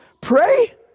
Pray